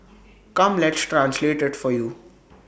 come let's translate IT for you